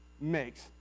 makes